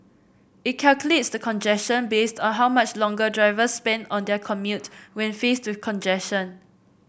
it calculates the congestion based on how much longer drivers spend on their commute when faced to congestion